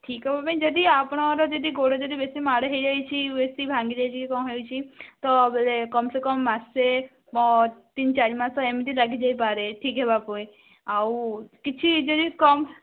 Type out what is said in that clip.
ଠିକ୍ ହେବା ପାଇଁ ଯଦି ଆପଣଙ୍କର ଯଦି ଗୋଡ଼ ଯଦି ବେଶି ମାଡ଼ ହେଇ ଯାଇଛି ବେଶି ଭାଙ୍ଗି ଯାଇଛି କି କ'ଣ ହେଇଛି ତ ବେଳେ କମସେ କମ୍ ମାସେ ପ ତିନି ଚାରି ମାସ ଏମିତି ଲାଗି ଯାଇପାରେ ଠିକ୍ ହେବାକୁ ହେଲେ ଆଉ କିଛି ଯଦି କମ୍